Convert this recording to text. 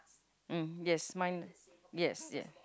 mm yes mine yes yes